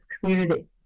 community